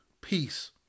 peace